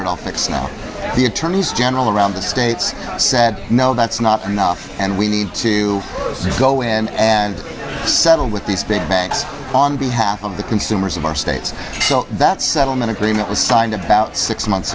all fixed now the attorneys general around the states said no that's not enough and we need to go in and settle with these big banks on behalf of the consumers of our states so that settlement agreement was signed about six months